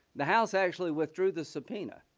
the house actually withdrew the subpoenaed.